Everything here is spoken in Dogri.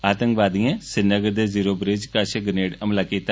आतंकवादिएं श्रीनगर दे जीरो ब्रिज कश ग्रनेड हमला कीता